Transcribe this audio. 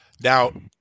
Now